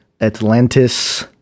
Atlantis